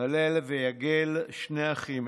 הלל ויגל, שני אחים.